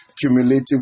cumulative